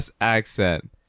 accent